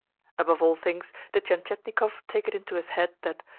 above all things did tientietnikov take it into his head that,